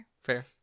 Fair